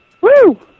Woo